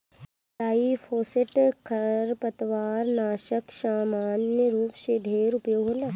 glyphosate खरपतवारनाशक सामान्य रूप से ढेर उपयोग होला